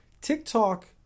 TikTok